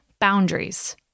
boundaries